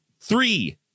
Three